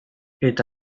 eta